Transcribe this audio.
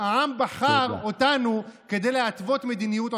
העם בחר אותנו כדי להתוות מדיניות.